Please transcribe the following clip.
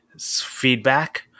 feedback